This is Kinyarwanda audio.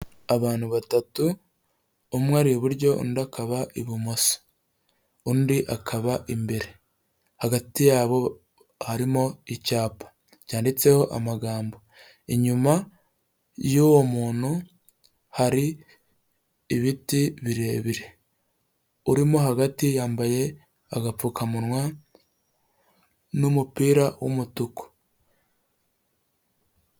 Abantu batatu umwe ari iburyo undi akaba ibumoso undi akaba imbere, hagati yabo harimo icyapa cyanditseho amagambo. Inyuma y'uwo muntu hari ibiti birebire urimo hagati yambaye agapfukamunwa n'umupira w'umutuku.